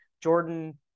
jordan